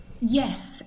yes